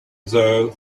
though